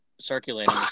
circulating